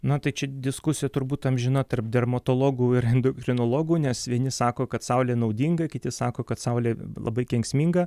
na tai čia diskusija turbūt amžina tarp dermatologų ir endokrinologų nes vieni sako kad saulė naudinga kiti sako kad saulė labai kenksminga